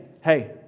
hey